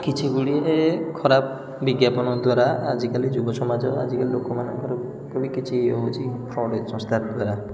କିଛି ଗୁଡ଼ିଏ ଖରାପ ବିଜ୍ଞାପନ ଦ୍ୱାରା ଆଜିକାଲି ଯୁବ ସମାଜର ଆଜିକାଲି ଲୋକମାନଙ୍କର ବି କିଛି ହେଉଛି ଫ୍ରଡ଼୍ ସଂସ୍ଥା ଦ୍ୱାରା